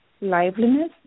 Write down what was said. Liveliness